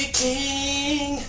king